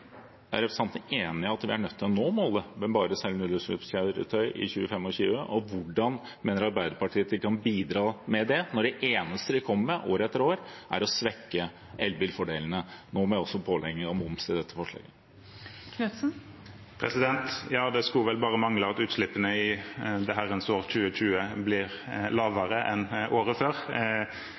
representanten enig i at vi er nødt til å nå målet med bare å selge nullutslippskjøretøy i 2025? Og hvordan mener Arbeiderpartiet at de kan bidra til det, når det eneste de kommer med – år etter år – er å svekke elbilfordelene, nå i dette forslaget også med pålegging av moms? Ja, det skulle vel bare mangle at utslippene i det herrens år 2020 blir lavere enn året før.